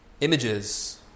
images